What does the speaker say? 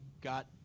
got